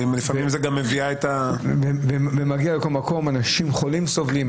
זה מגיע לכול מקום ואנשים חולים סובלים,